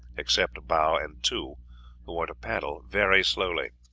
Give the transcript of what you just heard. except bow and two, who are to paddle very slowly.